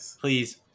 Please